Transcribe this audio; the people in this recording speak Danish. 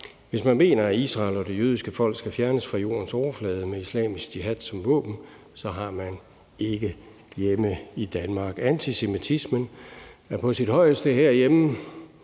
Hvis man mener, at Israel og det jødiske folk skal fjernes fra jordens overflade med islamisk jihad som våben, har man ikke hjemme i Danmark. Antisemitismen er på sit højeste herhjemme